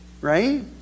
Right